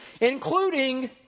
including